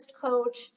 coach